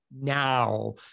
now